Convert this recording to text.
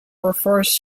refers